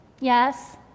Yes